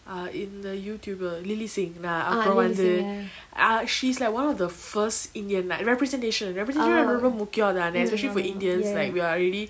ah in the youtuber lillysingh ah அவ வந்து:ava vanthu ah she's like one of the first indian like representation representation ரொம்ப முக்கியோ அது:romba mukkiyo athu an especially for indians like we are already